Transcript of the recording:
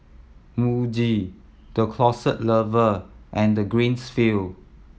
Muji The Closet Lover and Greenfields